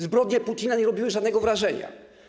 Zbrodnie Putina nie robiły żadnego wrażenia.